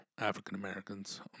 African-Americans